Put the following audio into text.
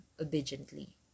obediently